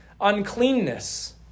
uncleanness